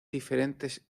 diferentes